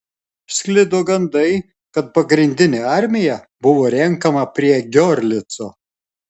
sklido gandai kad pagrindinė armija buvo renkama prie giorlico